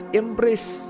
embrace